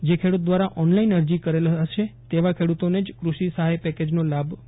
જે ખેડૂત દ્વારા ઓનલાઈન અરજી કરેલ હશે તેવા ખેડૂતોને જ કૃષિ સહાય પેકેજનો લાભ મળી શકશે